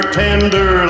tender